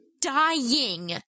dying